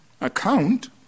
account